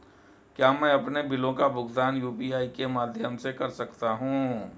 क्या मैं अपने बिलों का भुगतान यू.पी.आई के माध्यम से कर सकता हूँ?